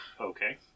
okay